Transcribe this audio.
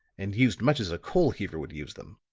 and used much as a coal heaver would use them.